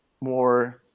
more